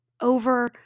over